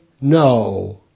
no